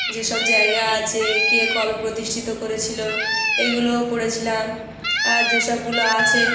যেসব জায়গা আছে কে কবে প্রতিষ্ঠিত করেছিলো এগুলোও পড়েছিলাম আর যে সবগুলো আছে